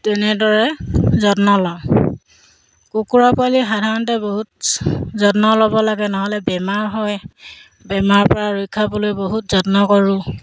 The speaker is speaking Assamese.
তেনেদৰে যত্ন লওঁ কুকুৰা পোৱালি সাধাৰণতে বহুত যত্ন ল'ব লাগে নহ'লে বেমাৰ হয় বেমাৰৰপৰা ৰক্ষা পাবলৈ বহুত যত্ন কৰোঁ